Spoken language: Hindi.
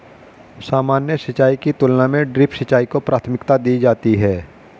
सामान्य सिंचाई की तुलना में ड्रिप सिंचाई को प्राथमिकता दी जाती है